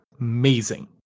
Amazing